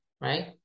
right